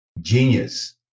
genius